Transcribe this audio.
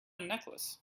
necklace